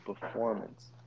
performance